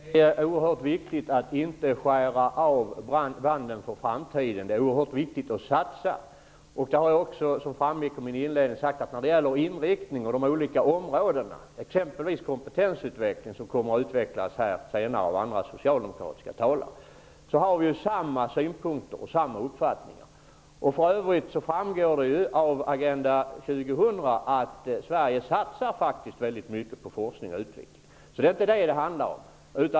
Fru talman! Det är oerhört viktigt att inte skära av banden med framtiden. Det är oerhört viktig att satsa. Som framgick av min inledning har jag sagt att när det gäller inriktningen och de olika områdena har vi samma synpunkter och samma uppfattningar. Det gäller t.ex. kompetensutveckling som kommer att utvecklas senare av andra socialdemokratiska talare. För övrigt framgår det ju av Agenda 2000 att Sverige faktiskt satsar väldigt mycket på forskning och utveckling. Det är inte detta det handlar om.